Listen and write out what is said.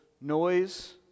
noise